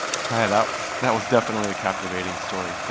hi. that that was definitely a captivating story. thank